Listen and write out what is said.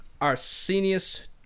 Arsenius